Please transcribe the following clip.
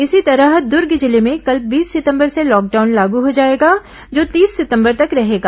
इसी तरह दुर्ग जिले में कल बीस सितंबर से लॉकडाउन लागू हो जाएगा जो तीस सितंबर तक रहेगा